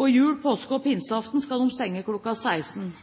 På jul-, påske- og pinseaften skal de stenge